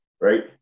right